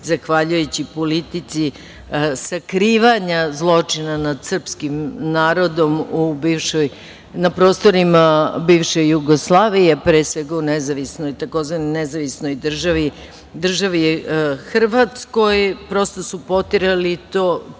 zahvaljujući politici sakrivanja zločina nad srpskim narodom na prostorima bivše Jugoslavije, pre svega u tzv. Nezavisnoj državi Hrvatskoj, prosto su potirali tu istinu